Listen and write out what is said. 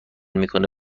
میکنه